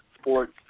sports